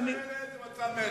מצע מרצ זה מצע מרצ.